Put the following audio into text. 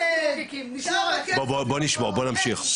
נשמור, בוא נמשיך,